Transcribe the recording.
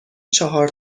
چهار